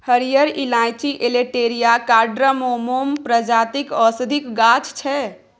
हरियर इलाईंची Elettaria cardamomum प्रजातिक औषधीक गाछ छै